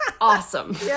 awesome